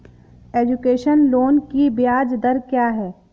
Education loan की ब्याज दर क्या है?